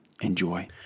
Enjoy